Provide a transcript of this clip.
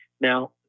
Now